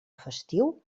festiu